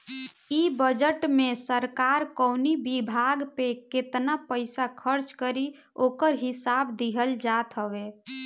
इ बजट में सरकार कवनी विभाग पे केतना पईसा खर्च करी ओकर हिसाब दिहल जात हवे